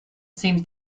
seems